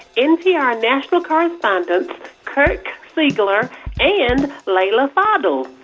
npr national correspondents kirk siegler and leila fadel.